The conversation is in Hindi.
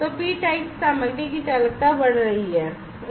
तो पी टाइप सामग्री की चालकता बढ़ रही है